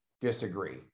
disagree